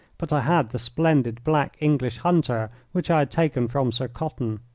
but i had the splendid black english hunter which i had taken from sir cotton.